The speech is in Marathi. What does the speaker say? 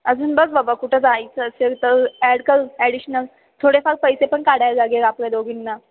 अजून बघ बाबा कुठं जायचं असेल तर ॲड कर ॲडिशनल थोडेफार पैसे पण काढायला लागेल आपल्या दोघींना